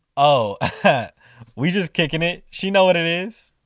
oh we just kickin' it. she knows what it is.